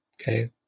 okay